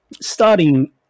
starting